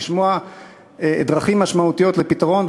לשמוע דרכים משמעותיות לפתרון,